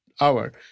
hour